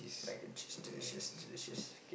mac and cheese delicious delicious kay